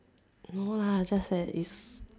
no lah just that is